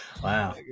wow